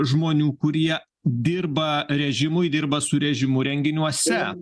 žmonių kurie dirba režimui dirba su režimu renginiuose